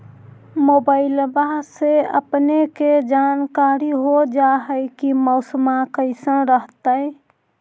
मोबाईलबा से अपने के जानकारी हो जा है की मौसमा कैसन रहतय?